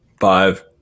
Five